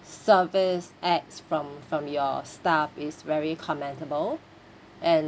service acts from from your staff is very commendable and